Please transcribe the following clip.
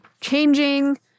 changing